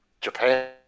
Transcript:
Japan